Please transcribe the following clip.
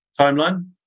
timeline